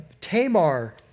Tamar